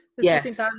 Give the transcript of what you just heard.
yes